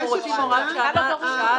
כמו שאומר חברי חאג'